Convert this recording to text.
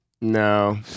No